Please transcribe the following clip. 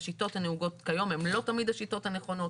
השיטות הנהוגות כיום הן לא תמיד השיטות הנכונות,